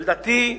ולדעתי,